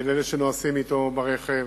ולאלה שנוסעים אתו ברכב.